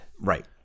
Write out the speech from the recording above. Right